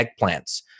eggplants